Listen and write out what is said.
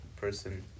person